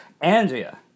Andrea